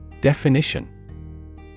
Definition